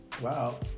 Wow